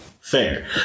Fair